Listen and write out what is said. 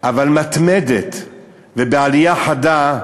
אבל מתמדת ובעלייה חדה,